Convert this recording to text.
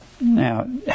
now